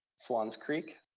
swans creek,